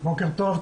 בוקר טוב,